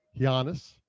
Giannis